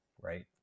right